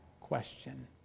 question